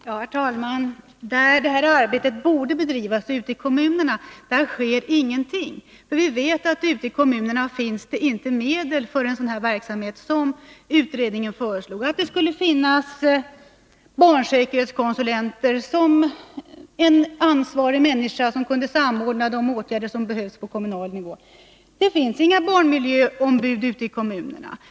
Herr talman! Där detta arbete borde bedrivas, ute i kommunerna, sker ingenting. Vi vet att det ute i kommunerna inte finns medel för en sådan här verksamhet. Utredningen föreslog ju att det skulle finnas barnsäkerhetskonsulenter, en ansvarig människa som kunde samordna de åtgärder som behövs på kommunal nivå. Det finns inga barnmiljöombud ute i kommunerna.